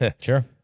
Sure